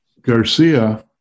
Garcia